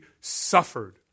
suffered